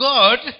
God